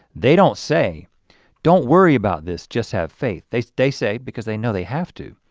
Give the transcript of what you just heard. they don't say don't worry about this, just have faith. they so they say because they know they have to.